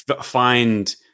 find